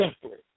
simply